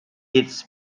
its